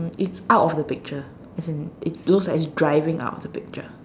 it's out of the picture as in it looks like it's driving out of the picture